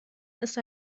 ist